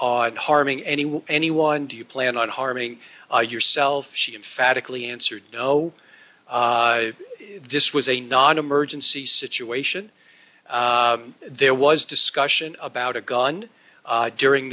on harming anyone anyone do you plan on harming yourself she emphatically answered no this was a non emergency situation there was discussion about a gun during